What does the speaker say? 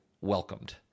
welcomed